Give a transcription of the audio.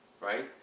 Right